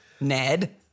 Ned